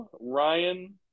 Ryan